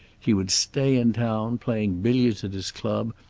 he would stay in town playing billiards at his club,